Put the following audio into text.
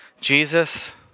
Jesus